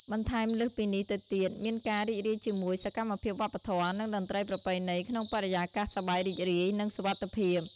បន្ថែមលើសពីនេះទៅទៀតមានការរីករាយជាមួយសកម្មភាពវប្បធម៌ និងតន្ត្រីប្រពៃណីក្នុងបរិយាកាសសប្បាយរីករាយ និងសុវត្ថិភាព។